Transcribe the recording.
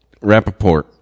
Rappaport